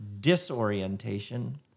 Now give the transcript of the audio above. disorientation